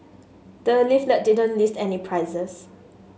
the leaflet didn't list any prices